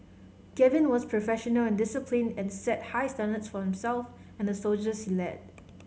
Gavin was professional and disciplined and set high standards for himself and the soldiers he led